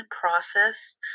process